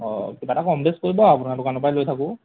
অ কিবা এটা কম বেছ কৰিব আপোনাৰ দোকানৰ পৰাই লৈ থাকোঁ